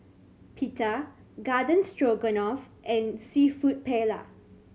Pita Garden Stroganoff and Seafood Paella